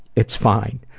it's fine.